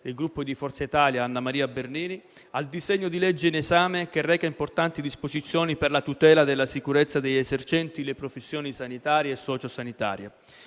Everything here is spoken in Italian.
del Gruppo Forza Italia, Anna Maria Bernini - al disegno di legge in esame, che reca importanti disposizioni per la tutela della sicurezza degli esercenti le professioni sanitarie e socio-sanitarie.